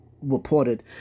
reported